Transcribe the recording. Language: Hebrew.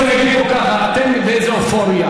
אני רוצה להגיד פה ככה: אתם באיזו אופוריה.